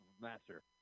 master